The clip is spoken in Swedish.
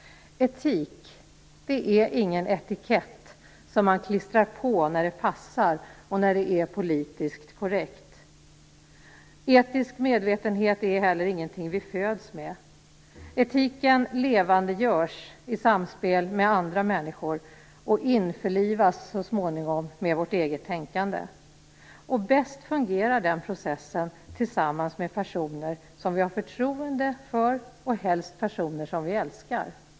Etik är ingen etikett som man klistrar på när det passar och när det är politiskt korrekt. Etisk medvetenhet är heller ingenting vi föds med. Etiken levandegörs i samspel med andra människor och införlivas så småningom med vårt eget tänkande. Bäst fungerar den processen med personer vi har förtroende för, helst personer som vi älskar.